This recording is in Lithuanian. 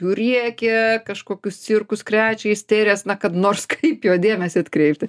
jų riekia kažkokius cirkus krečia isterijos na kad nors kaip jo dėmesį atkreipti